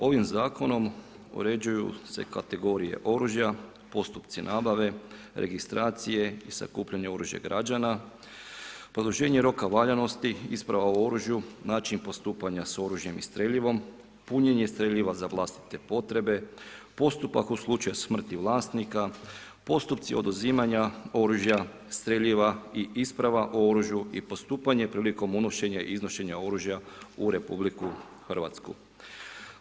Ovim zakonom uređuje se kategorije oružja, postupci nabave, registracije i sakupljanja oružja građana, produženje roka valjanosti, isprava o oružju, način postupanja sa oružjem i streljivom, punjenje streljiva za vlastite potrebe, postupak u slučaju smrti vlasnika, postupci oduzimanja oružja, streljiva i isprava o oružju i postupanje prilikom unošenja i iznošenja oružja u Republiku Hrvatsku.